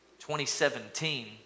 2017